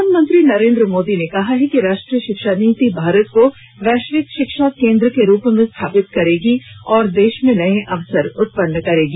प्रधानमंत्री नरेन्द्र मोदी ने कहा है कि राष्ट्रीय शिक्षा नीति भारत को वैश्विक शिक्षा केन्द्र के रूप में स्थापित करेगी और देश में नए अवसर उत्पन्न करेगी